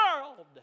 world